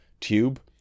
tube